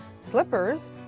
slippers